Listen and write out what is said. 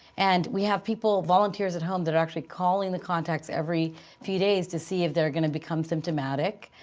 and we have people, volunteers at home, that are actually calling the contacts every few days to see if they're going to become symptomatic.